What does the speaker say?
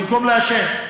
במקום לעשן.